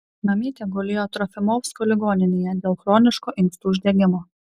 mamytė gulėjo trofimovsko ligoninėje dėl chroniško inkstų uždegimo